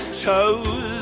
toes